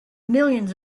millions